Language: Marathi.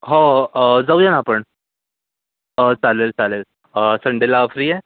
हो जाऊया ना आपण चालेल चालेल संडेला फ्री आहे